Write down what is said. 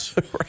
Right